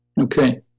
okay